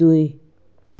दुई